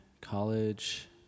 college